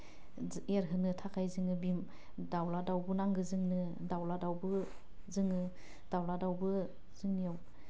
जो एरहोनो थाखाइ जोङो बि दाउला दाउबो नांगो जोंनो दाउला दाउबो जोङो दाउला दाउबो जोंनियाव